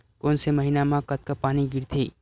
कोन से महीना म कतका पानी गिरथे?